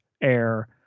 air